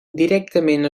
directament